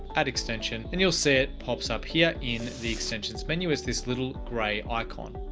add extension, and you'll see it pops up here in the extensions menu as this little gray icon.